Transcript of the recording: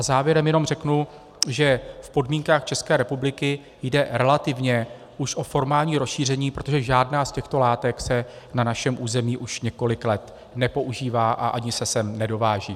Závěrem jenom řeknu, že v podmínkách České republiky jde relativně už o formální rozšíření, protože žádná z těchto látek se na našem území už několik let nepoužívá a ani se sem nedováží.